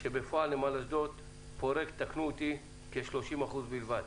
בפועל נמל אשדוד פורק כ-30% בלבד,